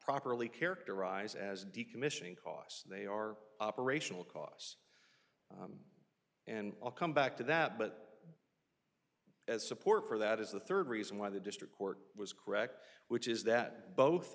properly characterize as decommissioning costs they are operational costs and i'll come back to that but as support for that is the third reason why the district court was correct which is that both